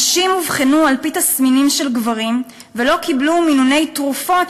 נשים אובחנו על-פי תסמינים של גברים וקיבלו מינוני תרופות,